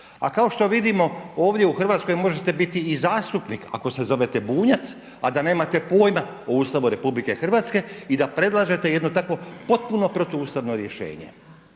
A kao što vidimo ovdje u Hrvatskoj možete biti i zastupnik ako se zovete Bunjac a da nemate pojma o Ustavu RH i da predlažete jedno takvo potpuno protuustavno rješenje.